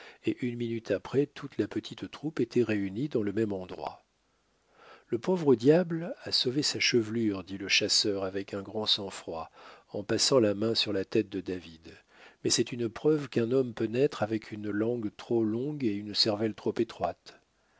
et une minute après toute la petite troupe était réunie dans le même endroit le pauvre diable a sauvé sa chevelure dit le chasseur avec un grand sang-froid en passant la main sur la tête de david mais c'est une preuve qu'un homme peut naître avec une langue trop longue et une cervelle trop étroite